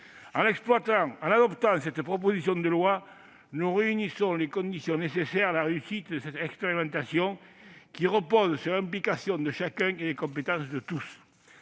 En adoptant cette proposition de loi, nous réunissons les conditions nécessaires à la réussite de cette expérimentation, qui repose sur l'implication de chacun et les compétences de tous.